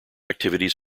activities